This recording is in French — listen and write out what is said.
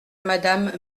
madame